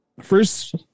first